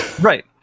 right